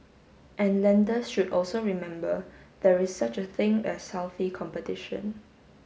and lenders should also remember there is such a thing as healthy competition